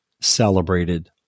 celebrated